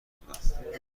بودم